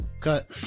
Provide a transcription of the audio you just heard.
cut